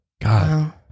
God